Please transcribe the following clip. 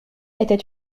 était